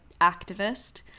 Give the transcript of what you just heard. activist